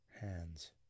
hands